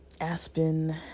Aspen